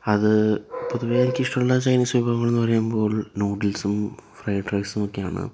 അത് പൊതുവേ എനിക്ക് ഇഷ്ടമുള്ള ചൈനീസ് വിഭവങ്ങൾ എന്നു പറയുമ്പോൾ നൂഡിൽസും ഫ്രെയ്ഡ് റൈസും ഒക്കെ ആണ്